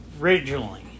originally